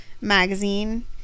magazine